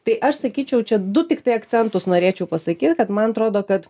tai aš sakyčiau čia du tiktai akcentus norėčiau pasakyt kad man atrodo kad